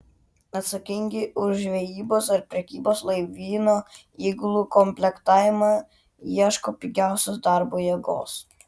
atsakingi už žvejybos ar prekybos laivyno įgulų komplektavimą ieško pigiausios darbo jėgos